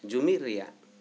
ᱡᱩᱢᱤᱫ ᱨᱮᱭᱟᱜ